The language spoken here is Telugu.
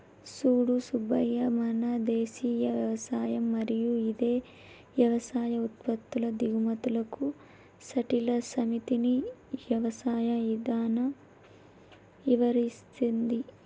సూడు సూబ్బయ్య మన దేసీయ యవసాయం మరియు ఇదే యవసాయ ఉత్పత్తుల దిగుమతులకు సట్టిల సమితిని యవసాయ ఇధానం ఇవరిస్తుంది